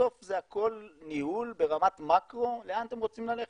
בסוף זה הכול ניהול ברמת מקרו לאן אתם רוצים ללכת.